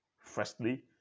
Firstly